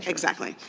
like exactly.